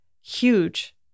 huge